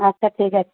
আচ্ছা ঠিক আছে